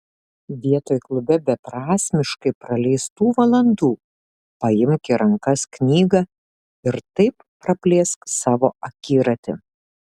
vietoj klube beprasmiškai praleistų valandų paimk į rankas knygą ir taip praplėsk savo akiratį